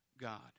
God